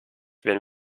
wenn